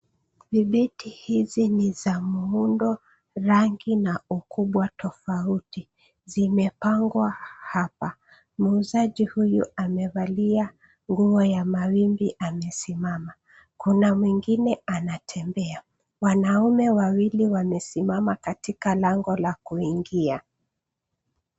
Vibeti hizi ni za muundo, rangi na ukubwa tofauti, zimepangwa hapa. Muuzaji huyu amevalia nguo ya mawimbi amesimama, kuna mwingine anatembea. Wanaume wawili wamesimama katika lango la kuingia.